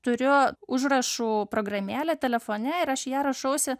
turiu užrašų programėlę telefone ir aš į ją rašausi